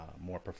more